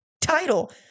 title